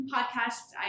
Podcasts